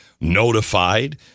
notified